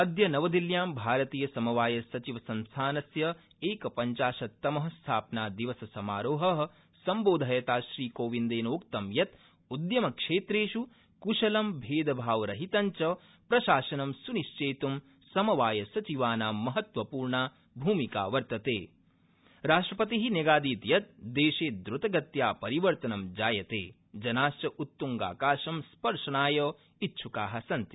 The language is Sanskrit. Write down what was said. अद्य नवदिल्लयां भारतीय समवाय सचिव संस्थानस्य एकपञ्चाशत्तम स्थापनादिवससमारोह संबोधयता श्रीकोविन्दर्यीक्तं यत् उद्यमक्षक्षक् कशल भर्ष्ट्रीवरहितव्य प्रशासन स्निश्चर्य समवायसचिवाना महत्वपूर्णा भूमिका वर्तत रोष्ट्रपति न्यगादीद यत् दर्ष्ट्रिगत्या परिवर्तनं जायत जिनाश्च उत्तुङ्गाकाशं स्पर्शनाय इच्छ्का सन्ति